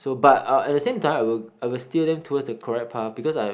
so but eh at the same time I will I will steer them towards the correct path because I